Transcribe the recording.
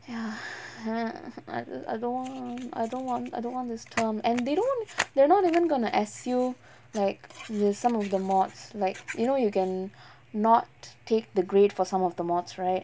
ya !huh! I I don't want I don't want I don't want this term and they don't they're not even gonna S_U like mm some of the modules like you know you can not take the grade for some of the modules right